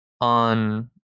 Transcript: on